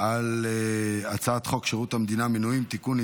על הצעת חוק שירות המדינה (מינויים) (תיקון,